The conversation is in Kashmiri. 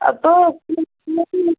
اَدٕ